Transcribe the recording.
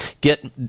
get